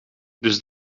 dus